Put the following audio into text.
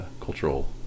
cultural